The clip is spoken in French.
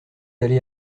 allez